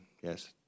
yes